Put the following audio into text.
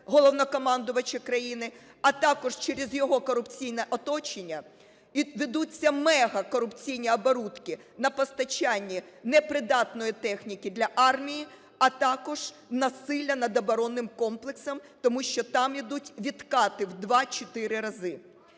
Головнокомандувача країни, а також через його корупційне оточення ведуться мегакорупційні оборудки на постачанні непридатної техніки для армії, а також насилля над оборонним комплексом, тому що там ідуть відкати в 2-4 рази.